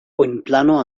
oinplano